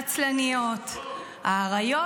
עצלניות, האריות?